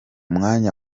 mwanya